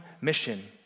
mission